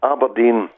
Aberdeen